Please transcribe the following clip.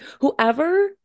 Whoever